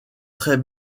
très